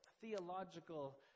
theological